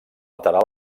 lateral